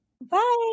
Bye